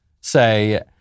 say